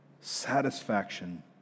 satisfaction